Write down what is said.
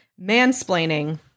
mansplaining